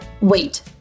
Wait